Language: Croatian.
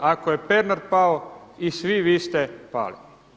Ako je Pernar pao i svi vi ste pali.